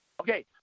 Okay